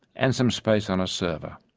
and some space on a server.